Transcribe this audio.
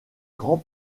grands